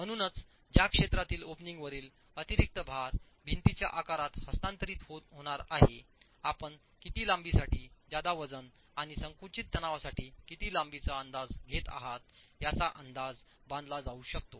म्हणूनच ज्या क्षेत्रातील ओपनिंगवरील अतिरिक्त भार भिंतीच्या आकारात हस्तांतरित होणार आहे आपण किती लांबीसाठी जादा वजन आणि संकुचित तणावासाठी किती लांबीचा अंदाज घेत आहात याचा अंदाज बांधला जाऊ शकतो